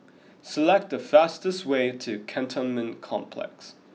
select the fastest way to Cantonment Complex